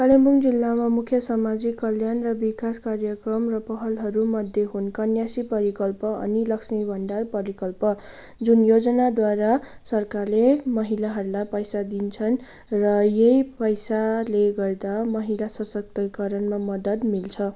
कालिम्पोङ जिल्लामा मुख्य सामाजिक कल्याण र विकास कार्यक्रम र पहलहरू मध्ये हुन् कन्या श्री प्रकल्प अनि लम्क्षि भण्डार प्रकल्प जुन योजनाद्वारा सरकारले महिलाहरूलाई पैसा दिन्छन् र यही पैसाले गर्दा महिला सशक्तिकरणमा मदद मिल्छ